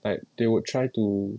that they would try to